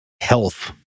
health